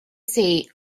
sea